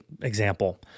example